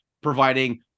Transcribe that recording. providing